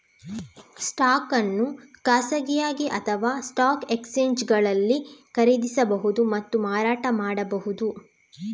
stock ಅನ್ನು ಖಾಸಗಿಯಾಗಿ ಅಥವಾಸ್ಟಾಕ್ ಎಕ್ಸ್ಚೇಂಜುಗಳಲ್ಲಿ ಖರೀದಿಸಬಹುದು ಮತ್ತು ಮಾರಾಟ ಮಾಡಬಹುದು